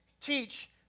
teach